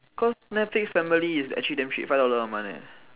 cause netflix family is actually damn cheap five dollar one month leh